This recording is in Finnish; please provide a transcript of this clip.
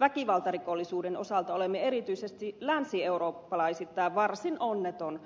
väkivaltarikollisuuden osalta olemme erityisesti länsieurooppalaisittain varsin onneton alue